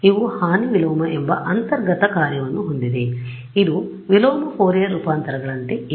ಆದ್ದರಿಂದ ಇವು ಹಾನಿ ವಿಲೋಮ ಎಂಬ ಅಂತರ್ಗತ ಕಾರ್ಯವನ್ನು ಹೊಂದಿದೆ ಇದು ಇದು ವಿಲೋಮ ಫೋರಿಯರ್ ರೂಪಾಂತರಗಳಂತೆ ಇವೆ